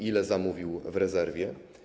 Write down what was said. Ile zamówił w rezerwie?